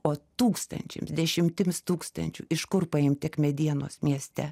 o tūkstančiams dešimtims tūkstančių iš kur paimt tiek medienos mieste